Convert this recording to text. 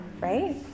Right